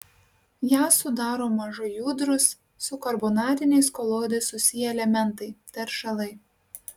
ją sudaro mažai judrūs su karbonatiniais koloidais susiję elementai teršalai